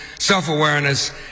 self-awareness